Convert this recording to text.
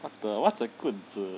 what the what's a 棍子